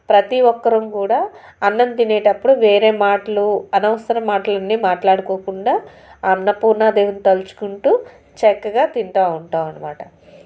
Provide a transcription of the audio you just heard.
ప్రతి ఒక్కరం కూడా అన్నం తినేటప్పుడు వేరే మాటలు అనవసర మాటలు అన్ని మాట్లాడుకోకుండా అన్నపూర్ణాదేవి తలుచుకుంటూ చక్కగా తింటూ ఉంటామనమాట